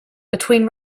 between